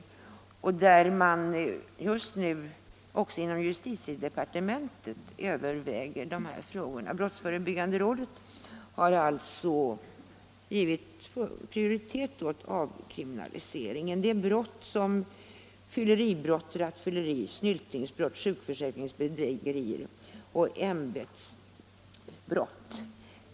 Och just nu övervägs även de här frågorna inom justitiedepartementet. Brottsförebyggande rådet har alltså givit prioritet åt avkriminaliseringen av sådana brott som fylleribrott, rattfylleri, snyltningsbrott, sjukförsäkringsbedrägerier och ämbetsbrott.